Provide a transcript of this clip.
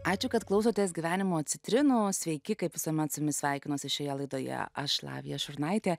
ačiū kad klausotės gyvenimo citrinos sveiki kaip visuomet su jumis sveikinasi šioje laidoje aš lavija šurnaitė